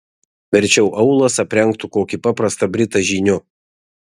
verčiau aulas aprengtų kokį paprastą britą žyniu